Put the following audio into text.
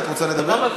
את רוצה לדבר?